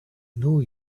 know